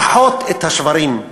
לאחות את השברים,